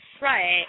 Right